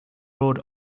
road